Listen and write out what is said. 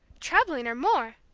trebling, or more.